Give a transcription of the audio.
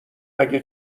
اگه